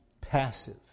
passive